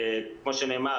כמו שנאמר,